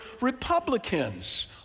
Republicans